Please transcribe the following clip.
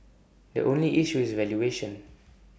the only issue is valuation